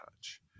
touch